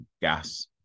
gas